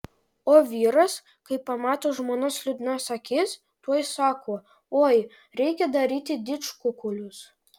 o vyras kai pamato žmonos liūdnas akis tuoj sako oi reikia daryti didžkukulius